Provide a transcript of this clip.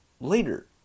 later